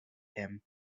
him